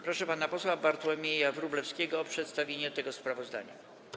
Proszę pana posła Bartłomieja Wróblewskiego o przedstawienie tego sprawozdania.